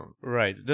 Right